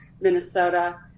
Minnesota